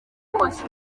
koza